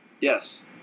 Yes